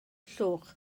llwch